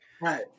Right